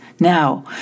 Now